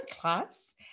class